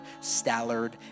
Stallard